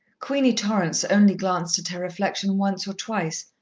queenie torrance only glanced at her reflection once or twice,